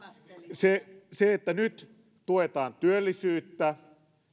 se se että nyt tuetaan työllisyyttä